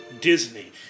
Disney